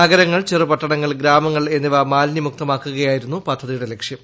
നഗരങ്ങൾ ്ര ചെറുപട്ടണങ്ങൾ ഗ്രാമങ്ങൾ എന്നിവ മാലിന്യ മുക്തമാക്കുകയായിരുന്നു പദ്ധതിയുടെ ലക്ഷ്യം